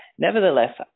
Nevertheless